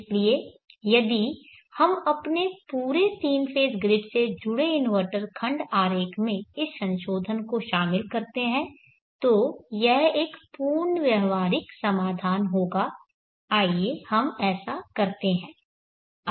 इसलिए यदि हम अपने पूरे 3 फेज़ ग्रिड से जुड़े इन्वर्टर खंड आरेख में इस संशोधन को शामिल करते हैं तो यह एक पूर्ण व्यावहारिक समाधान होगा आइए हम ऐसा करते हैं